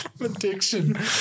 Addiction